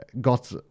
got